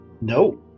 No